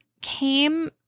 came